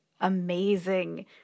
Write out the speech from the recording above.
amazing